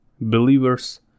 believers